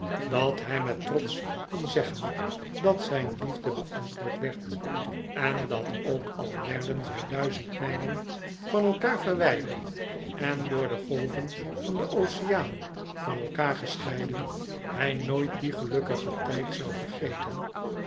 dat hij met trots kon zeggen dat zijn liefde beantwoord werd en dat ook al werden zij duizend niijlen van elkaar verwijderd en door de golven van den oceaan van elkaar gescheiden hij nooit dien gelukkigen tijd zou vergeten